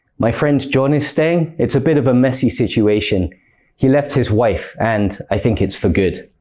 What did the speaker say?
my friend jon is staying. it's a bit of a messy situation he left his wife, and i think it's for good.